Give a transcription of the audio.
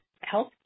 health